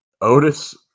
Otis